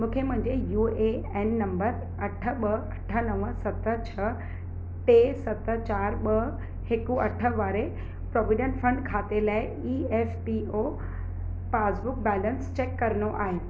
मूंखे मुंहिंजे U A N number अठ ॿ अठ नव सत छह टे सत चार ॿ हिक अठ वारे प्रोविडेन्ट फंड खाते लाइ E F P O passbook balance check करणो आहे